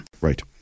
Right